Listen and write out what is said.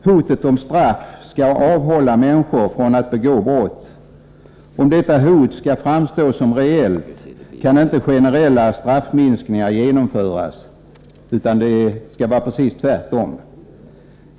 Hotet om straff skall avhålla människor från att begå brott. Om detta hot skall framstå som reellt, kan inte generella straffminskningar genomföras, tvärtom.